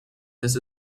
this